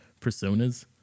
personas